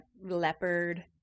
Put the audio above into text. leopard